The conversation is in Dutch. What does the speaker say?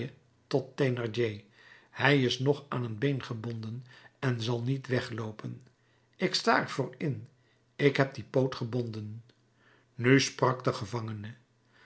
hij is nog aan een been gebonden en zal niet wegloopen ik sta er voor in ik heb dien poot gebonden nu sprak de gevangene